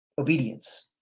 obedience